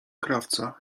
krawca